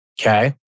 Okay